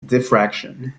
diffraction